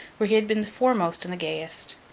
where he had been the foremost and the gayest.